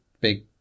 big